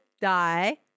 die